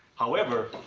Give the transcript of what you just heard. however,